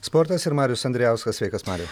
sportas ir marius andrijauskas sveikas mariau